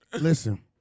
Listen